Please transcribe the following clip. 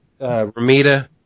Ramita